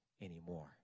anymore